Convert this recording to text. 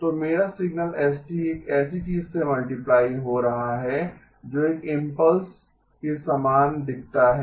तो मेरा signal s एक ऐसी चीज से मल्टीप्लाई हो रहा है जो एक इम्पल्स के समान दिखता है